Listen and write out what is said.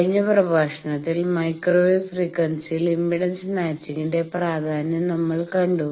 കഴിഞ്ഞ പ്രഭാഷണത്തിൽ മൈക്രോവേവ് ഫ്രീക്വൻസിയിൽ ഇംപെഡൻസ് മാച്ചിങ്ന്റെ പ്രാധാന്യം നമ്മൾ കണ്ടു